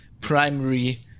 primary